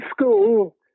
school